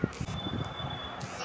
फसल का वजन माप कैसे होखेला?